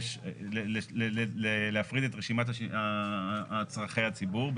יש להפריד את רשימת צרכי הציבור בסעיף 188,